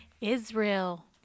Israel